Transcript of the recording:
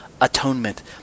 atonement